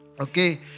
okay